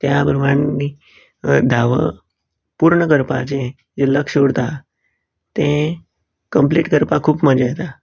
त्या बरोबर आमी धाव पुर्ण करपाचें जे लक्ष उरता तें कंप्लिट करपाक खूब मजा येता